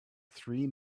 three